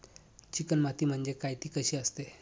Chicken माती म्हणजे काय? ति कशी असते?